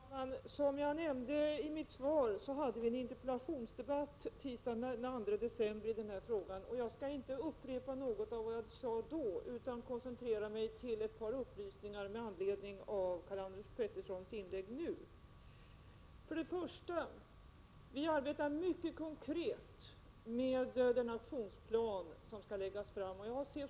Herr talman! Som jag nämde i mitt svar hade vi en interpellationsdebatt i denna fråga tisdagen den 2 december. Jag skall inte upprepa något av vad jag då sade utan koncentrera mig till ett par upplysningar med anledning av Karl-Anders Peterssons inlägg nu. För det första arbetar vi mycket konkret med den aktionsplan som skall läggas fram.